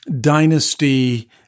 dynasty